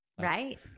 right